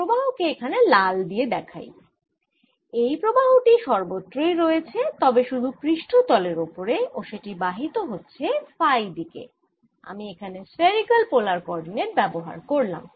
প্রবাহ কে এখানে লাল দিয়ে দেখাই এই প্রবাহ টি সর্বত্রই রয়েছে তবে শুধু পৃষ্ঠতলের ওপরে ও সেটি বাহিত হচ্ছে ফাই দিকে আমি এখানে স্ফেরিকাল পোলার কোঅরডিনেট ব্যবহার করলাম